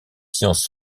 sciences